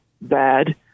bad